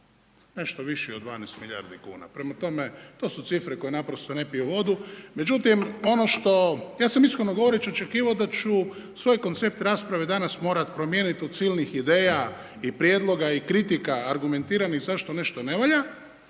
Nešto viši od 12 milijardi kuna, prema tome to su cifre koje naprosto ne piju vodu, međutim, ono što, ja sam iskreno govoreći očekivao da ću svoj koncept rasprave danas morati promijeniti od silnih ideja i prijedloga i kritika, argumentiranih, zašto nešto ne valja,